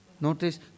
Notice